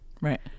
Right